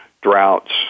droughts